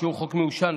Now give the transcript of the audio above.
שהוא חוק מיושן,